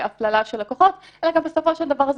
הפללה של לקוחות אלא בסופו של דבר זה